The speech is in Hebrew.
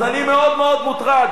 אז אני מאוד מוטרד.